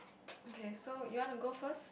okay so you wanna go first